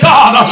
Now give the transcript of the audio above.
God